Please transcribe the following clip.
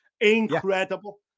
Incredible